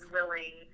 willing